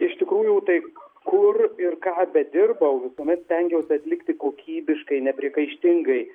iš tikrųjų tai kur ir ką bedirbau lubomis stengiausi atlikti kokybiškai nepriekaištingai